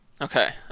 Okay